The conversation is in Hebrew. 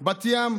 בת ים